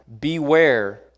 beware